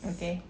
okay